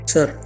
Sir